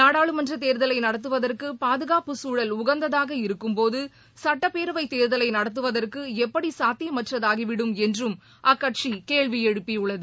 நாடாளுமன்ற தேர்தலை நடத்துவதற்கு பாதுகாப்பு சூழல் உகந்ததாக இருக்கும்போது சுட்டப்பேரவை தேர்தலை நடத்துவதற்கு ளப்படி சாத்தியமற்றதாகிவிடும் என்றும் அக்கட்சி கேள்வி எழுப்பியுள்ளது